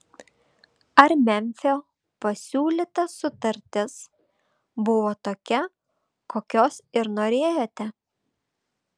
ar memfio pasiūlyta sutartis buvo tokia kokios ir norėjote